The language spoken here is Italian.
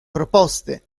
proposte